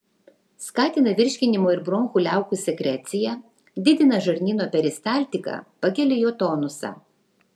skatina virškinimo ir bronchų liaukų sekreciją didina žarnyno peristaltiką pakelia jo tonusą